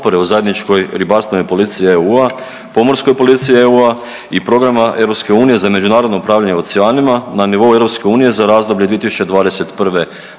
u zajedničkoj ribarstvenoj politici EU-a, pomorskoj politici EU-a i Programa EU za međunarodno upravljanje oceanima na nivou EU za razdoblje